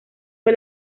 fue